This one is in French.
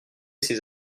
ces